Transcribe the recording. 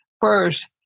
first